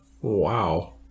Wow